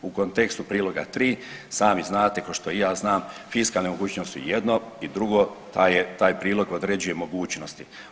U kontekstu priloga tri, sami znati ko što i ja znam fiskalne mogućnosti su jedno i drugo taj prilog određuje mogućnosti.